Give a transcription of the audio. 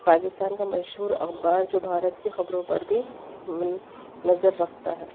پاکستان کا مشہور اخبار جو بھارت کی خبروں پر بھی نظر رکھتا ہے